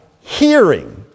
hearing